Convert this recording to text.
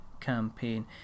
campaign